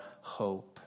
hope